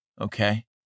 Okay